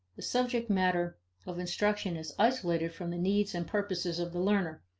the subject matter of instruction is isolated from the needs and purposes of the learner,